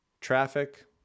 traffic